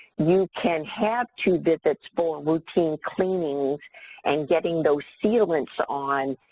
you can have two visits for routine cleanings and getting those sealants on.